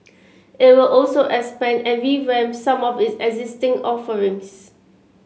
it will also expand and revamp some of its existing offerings